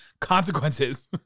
consequences